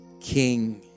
king